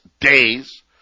days